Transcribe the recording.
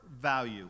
value